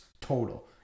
total